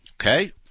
Okay